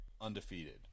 undefeated